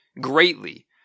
greatly